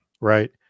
right